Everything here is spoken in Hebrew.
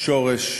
שורש